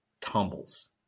tumbles